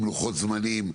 עם לוחות זמנים,